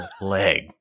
leg